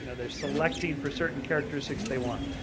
you know they are selecting for certain characteristics they want,